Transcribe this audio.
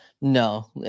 No